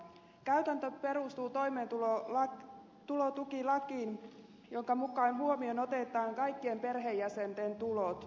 käytäntö perustuu toimeentulotukilakiin jonka mukaan huomioon otetaan kaikkien perheenjäsenten tulot